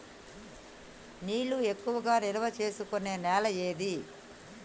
నీళ్లు ఎక్కువగా నిల్వ చేసుకునే నేల ఏది?